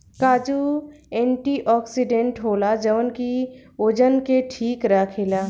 काजू एंटीओक्सिडेंट होला जवन की ओजन के ठीक राखेला